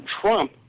Trump